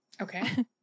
Okay